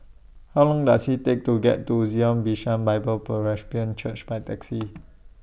How Long Does IT Take to get to Zion Bishan Bible Presbyterian Church By Taxi